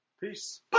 Peace